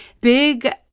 Big